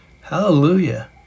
Hallelujah